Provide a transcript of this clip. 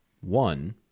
One